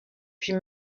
puis